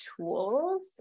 tools